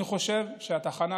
אני חושב שהתחנה,